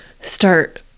start